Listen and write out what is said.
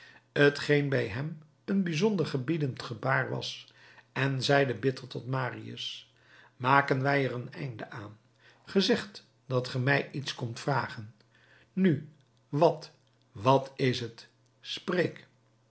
geen bij hem een bijzonder gebiedend gebaar was en zeide bitter tot marius maken wij er een einde aan ge zegt dat ge mij iets komt vragen nu wat wat is het spreek